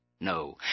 No